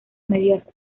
medias